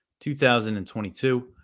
2022